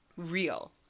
Real